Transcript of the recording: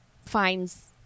finds